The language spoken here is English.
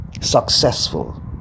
successful